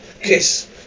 kiss